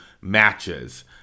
matches